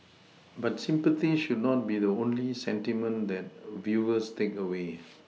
but sympathy should not be the only sentiment that viewers take away